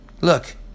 Look